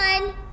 one